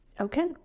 Okay